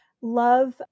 love